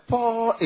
Paul